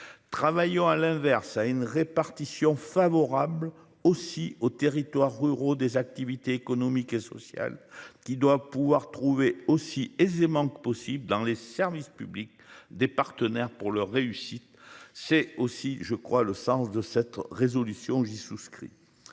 travaillant à l'inverse à une répartition favorable aussi aux territoires ruraux des activités économiques et sociales qui doit pouvoir trouver aussi aisément que possible dans les services publics des partenaires pour leur réussite. C'est aussi je crois, le sens de cette résolution. J'y souscris.